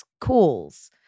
calls